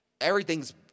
everything's